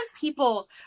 people